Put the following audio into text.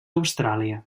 austràlia